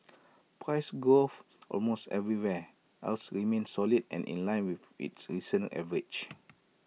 price growth almost everywhere else remained solid and in line with its recent average